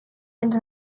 els